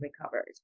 recovered